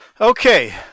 Okay